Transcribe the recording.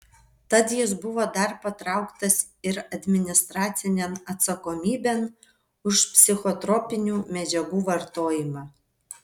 tad jis buvo dar patrauktas ir administracinėn atsakomybėn už psichotropinių medžiagų vartojimą